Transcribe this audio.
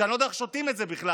שאני לא יודע איך שותים את זה בכלל,